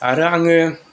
आरो आङो